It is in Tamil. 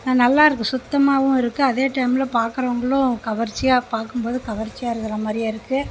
நல்லாயிருக்கு சுத்தமாகவும் இருக்கு அதே டைமில் பார்க்குறவங்களும் கவர்ச்சியாக பார்க்கும்போது கவர்சியாக இருக்கிறா மாதிரியே இருக்கு